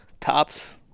tops